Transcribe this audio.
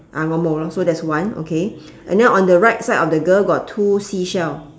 ah ngo mou lor so that's one okay and then on the right side of the girl got two seashell